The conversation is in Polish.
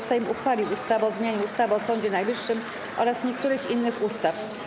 Sejm uchwalił ustawę o zmianie ustawy o Sądzie Najwyższym oraz niektórych innych ustaw.